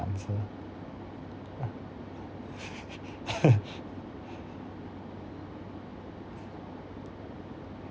answer uh